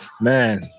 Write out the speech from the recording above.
Man